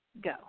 Go